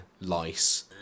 lice